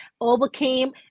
overcame